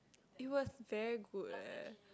it's was very good leh